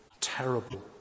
terrible